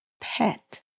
Pet